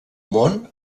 món